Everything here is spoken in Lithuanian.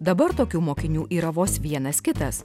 dabar tokių mokinių yra vos vienas kitas